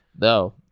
No